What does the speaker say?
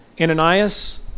Ananias